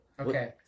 Okay